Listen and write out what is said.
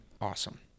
awesome